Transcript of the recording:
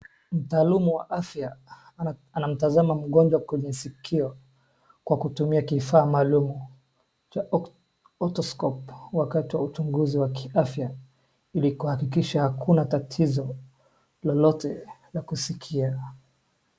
Mtaalumu wa afya anamtazama mgonjwa kwenye sikio kwa kumia kifaa maalumu cha otoscope wakati wa uchunguzi wa kiafya ili kuhakikisha hakuna tatizo lolote la kusikia.